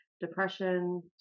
depression